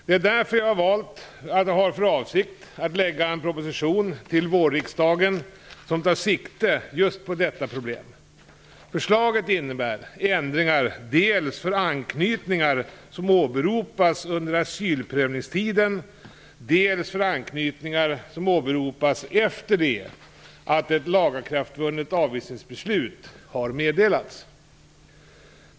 Det är därför jag har för avsikt att lägga fram en proposition till vårriksdagen som tar sikte på detta problem. Förslaget innebär ändringar dels för anknytningar som åberopas under asylprövningstiden, dels för anknytningar som åberopas efter det att ett lagakraftvunnet avvisningsbeslut har meddelats.